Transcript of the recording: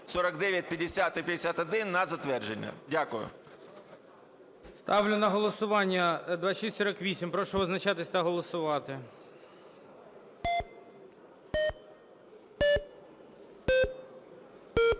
Ставлю на голосування 2648. Прошу визначатись та голосувати.